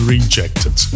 Rejected